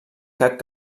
cap